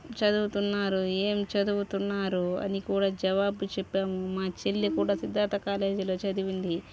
చదువుతున్నారు ఏం చదువుతున్నారు అని కూడా జవాబు చెప్పాము మా చెల్లి కూడా సిద్ధార్థ కాలేజీలో చదివింది